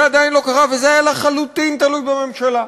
זה עדיין לא קרה, וזה היה לחלוטין תלוי בממשלה.